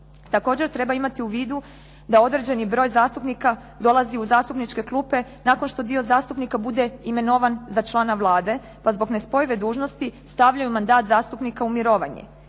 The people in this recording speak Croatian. Također treba imati u vidu da određeni broj zastupnik dolazi u zastupničke klupe nakon što dio zastupnika bude imenovan za člana Vlade, pa zbog nespojive dužnosti stavljaju mandat zastupnika u mirovanje.